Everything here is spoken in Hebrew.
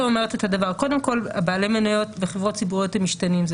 קודם כל בעלי מניות בחברות ציבוריות משתנים,